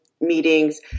meetings